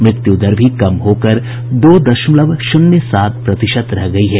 मृत्यु दर भी कम होकर दो दशमलव शून्य सात प्रतिशत रह गई है